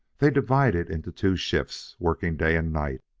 they divided into two shifts, working day and night,